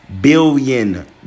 billion